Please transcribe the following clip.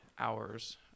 hours